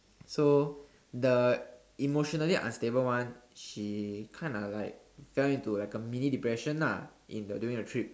so the emotionally unstable one she kind of like fell into like a mini depression lah in the during the trip